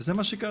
זה מה שקרה.